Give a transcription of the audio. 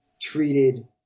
treated